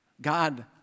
God